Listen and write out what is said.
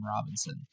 Robinson